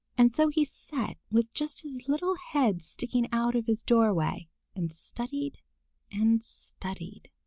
and so he sat with just his little head sticking out of his doorway and studied and studied.